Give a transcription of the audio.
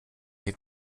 mir